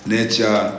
Nature